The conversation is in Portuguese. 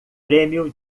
prêmio